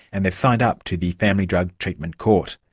and they've signed up to the family drug treatment court.